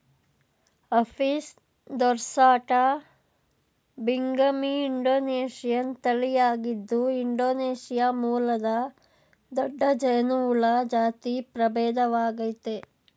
Apis ದೊರ್ಸಾಟಾ ಬಿಂಗಮಿ Indonesian ತಳಿಯಾಗಿದ್ದು ಇಂಡೊನೇಶಿಯಾ ಮೂಲದ ದೊಡ್ಡ ಜೇನುಹುಳ ಜಾತಿ ಪ್ರಭೇದವಾಗಯ್ತೆ